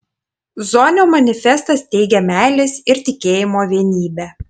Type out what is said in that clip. zonio manifestas teigia meilės ir tikėjimo vienybę